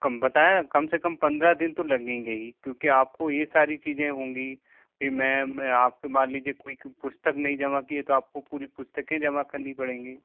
बताएं कम से कम पंद्रह दिन तो लगेंगे ही क्योंकि आपको ये सारी चीज़ें होंगी फिर मैं आपके मान लीजिए कोई पुस्तक नहीं जमा किए तो आपको पूरी पुस्तकें जमा करनी पड़ेंगी